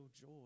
joy